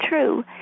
true